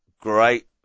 great